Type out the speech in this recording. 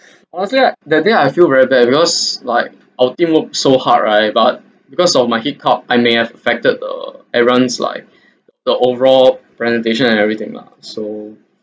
I was there that day I feel very bad because like our team worked so hard right but because of my hiccup I may have affected the everyone's like the overall presentation and everything lah so